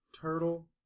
turtle